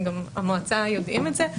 ובמועצה יודעים את זה,